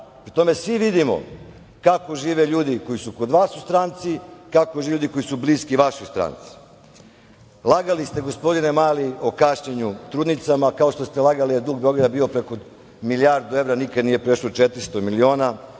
Pri tome svi vidimo kako žive ljudi koji su kod vas u stranci, kako žive ljudi koji su bliski vašoj stranci. Lagali ste, gospodine Mali, o kašnjenju trudnicama, kao što ste lagali da je dug Beograda bio preko milijardu evra, nikad nije prešao četiristo miliona.